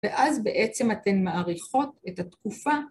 ‫ואז בעצם אתן מעריכות את התקופה.